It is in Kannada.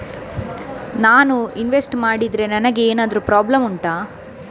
ನಾನು ಇನ್ವೆಸ್ಟ್ ಮಾಡಿದ್ರೆ ನನಗೆ ಎಂತಾದ್ರು ಪ್ರಾಬ್ಲಮ್ ಉಂಟಾ